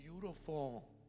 beautiful